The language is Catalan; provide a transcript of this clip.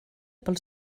pel